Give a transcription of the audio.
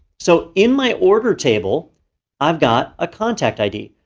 so, in my order table i've got a contact id.